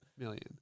million